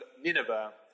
Nineveh